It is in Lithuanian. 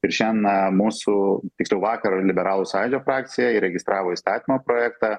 ir šią na mūsų tiksliau vakar liberalų sąjūdžio frakcija įregistravo įstatymo projektą